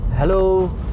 Hello